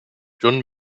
john